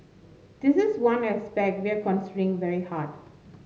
this is one aspect we are considering very hard